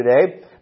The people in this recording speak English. today